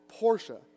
Porsche